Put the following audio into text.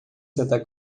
santa